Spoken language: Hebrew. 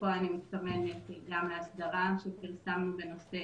ופה אני מתכוונת גם להסדרה שפרסמנו בנושא